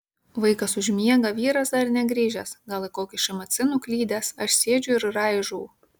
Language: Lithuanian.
vaikas užmiega vyras dar negrįžęs gal į kokį šmc nuklydęs aš sėdžiu ir raižau